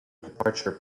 departure